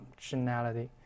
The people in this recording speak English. functionality